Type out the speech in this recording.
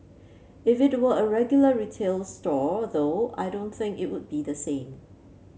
if it were a regular retail store though I don't think it would be the same